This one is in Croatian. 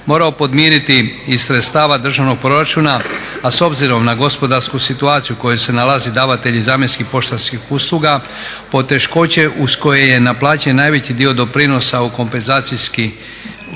morao podmiriti iz sredstava državnog proračuna, a s obzirom na gospodarsku situaciju u kojoj se nalaze davatelji zamjenskih poštanskih usluga. Poteškoće uz koje je naplaćen najveći dio doprinosa u kompenzacijski